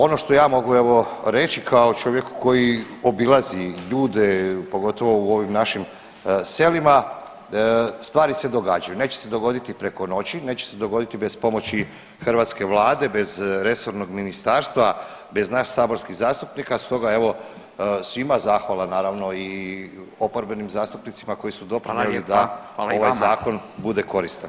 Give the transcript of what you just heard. Ono što ja mogu evo reći kao čovjek koji obilazi ljude, pogotovo u ovim našim selima stvari se događaju, neće se dogoditi preko noći, neće se dogoditi bez pomoći hrvatske vlade, bez resornog ministarstva, bez nas saborskih zastupnika, stoga evo svima zahvala, naravno i oporbenim zastupnicima koji su doprinjeli da ovaj zakon bude koristan.